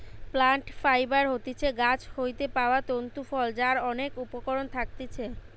plant fibre হতিছে গাছ হইতে পাওয়া তন্তু ফল যার অনেক উপকরণ থাকতিছে